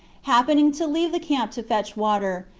happening to leave the camp to fetch water,